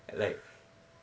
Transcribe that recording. like